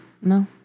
No